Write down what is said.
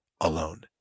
alone